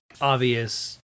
obvious